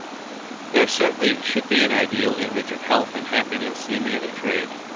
there certainly should be an ideal image of health and happiness in any trade,